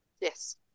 yes